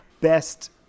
best